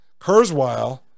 Kurzweil